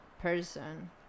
person